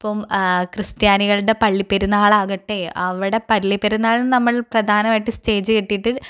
ഇപ്പം ക്രിസ്താനികളുടെ പള്ളിപെരുന്നാളാകട്ടെ അവിടെ പള്ളിപെരുന്നാളില് നമ്മൾ പ്രധാനാമായിട്ട് സ്റ്റേജ് കെട്ടിയിട്ട്